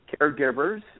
caregivers